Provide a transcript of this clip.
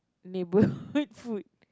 neighbourhood food